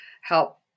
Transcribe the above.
help